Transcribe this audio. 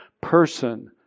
person